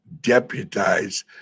deputize